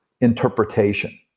interpretation